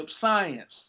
science